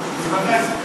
ממתי זה?